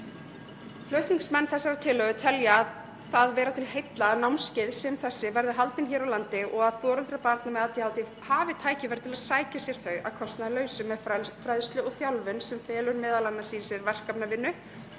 Flutningsmenn þessarar tillögu telja það vera til heilla að námskeið sem þessi verði haldin hér á landi og að foreldrar barna með ADHD hafi tækifæri til að sækja þau sér að kostnaðarlausu. Með fræðslu og þjálfun, sem felur m.a. í sér verkefnavinnu,